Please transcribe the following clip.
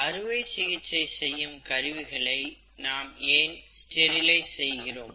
அறுவை சிகிச்சை செய்யும் கருவிகளை நாம் ஏன் ஸ்டெரிலைஸ் செய்கிறோம்